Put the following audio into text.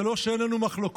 זה לא שאין לנו מחלוקות,